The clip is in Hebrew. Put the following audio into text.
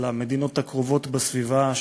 על המדינות הקרובות בסביבה,